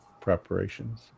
preparations